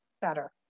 better